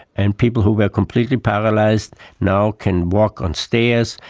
and people who were completely paralysed now can walk on stairs,